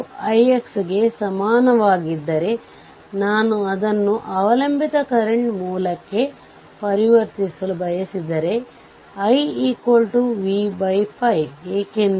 RThevenin ಗೆ ಸಮಾನವಾದ ಪ್ರತಿರೋಧ ಯಾವುದು ಎಂದು ಕಂಡುಹಿಡಿಯಬೇಕುಅದ್ನ್ನು ಇಲ್ಲಿ ಬರೆಯಲಾಗಿದೆ